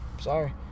sorry